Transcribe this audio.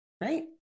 Right